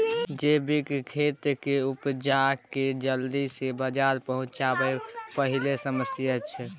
जैबिक खेती केर उपजा केँ जल्दी सँ बजार पहुँचाएब पहिल समस्या छै